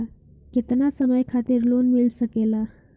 केतना समय खातिर लोन मिल सकेला?